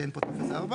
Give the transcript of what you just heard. כי אין פה טופס 4,